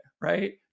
right